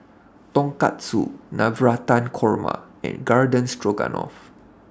Tonkatsu Navratan Korma and Garden Stroganoff